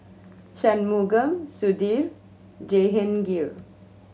Shunmugam Sudhir Jehangirr